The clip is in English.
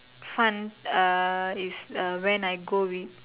fun uh is uh when I go with